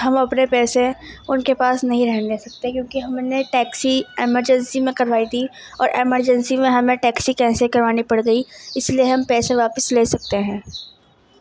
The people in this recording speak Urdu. ہم اپنے پیسے ان کے پاس نہیں رہنے دے سکتے کیونکہ ہم نے ٹیکسی ایمرجنسی میں کروائی تھی اور ایمرجنسی میں ہمیں ٹیکسی کینسل کروانی پڑگئی اس لیے ہم پیسے واپس لے سکتے ہیں